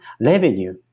revenue